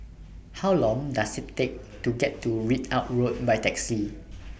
How Long Does IT Take to get to Ridout Road By Taxi